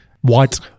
white